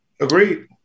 Agreed